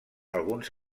alguns